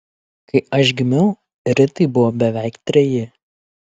kai aš gimiau ritai buvo beveik treji